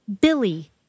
Billy